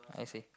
I see